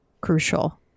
crucial